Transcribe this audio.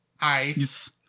Ice